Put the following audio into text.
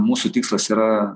mūsų tikslas yra